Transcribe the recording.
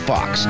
Fox